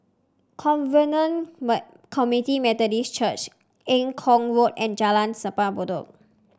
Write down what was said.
Covenant Community Methodist Church Eng Kong Road and Jalan Simpang Bedok